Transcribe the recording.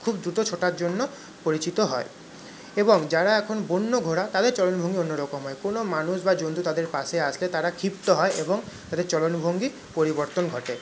খুব দ্রুত ছোটার জন্য পরিচিত হয় এবং যারা এখন বন্য ঘোড়া তাদের চলন ভঙ্গি অন্য রকম হয় কোনো মানুষ বা জন্তু তাদের পাশে আসলে তারা ক্ষিপ্ত হয় এবং তাদের চলন ভঙ্গি পরিবর্তন ঘটে